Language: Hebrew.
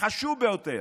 החשוב ביותר,